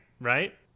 right